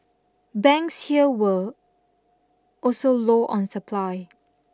banks here were also low on supply